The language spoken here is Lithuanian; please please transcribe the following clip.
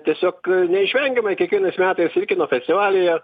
tiesiog neišvengiamai kiekvienais metais kino festivalyje